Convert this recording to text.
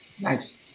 Nice